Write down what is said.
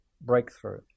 breakthrough